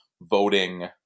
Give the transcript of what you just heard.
voting